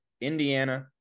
Indiana